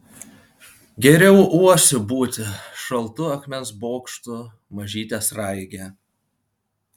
geriau uosiu būti šaltu akmens bokštu mažyte sraige